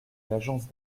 l’agence